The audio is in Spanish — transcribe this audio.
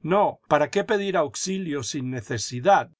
no para qué pedir auxilo sin necesidad